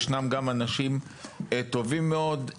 ישנם גם אנשים טובים מאוד,